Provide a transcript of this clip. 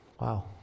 Wow